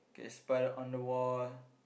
get spider on the wall